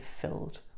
filled